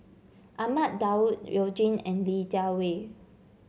Ahmad Daud You Jin and Li Jiawei